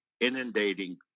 inundating